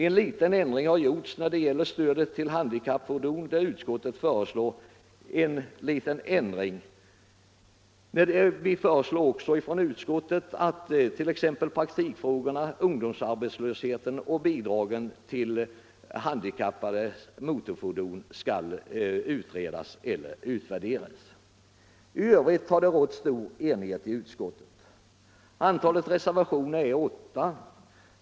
En liten ändring har gjorts när det gäller stödet till handikappfordon, men också i utskottet föreslår vi att t.ex. praktikfrågorna, ungdomsarbetslösheten och bidragen till motorfordon för handikappade skall utredas eller utvärderas. I övrigt har det rått stor enighet i utskottet. Antalet reservationer är 8.